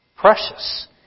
precious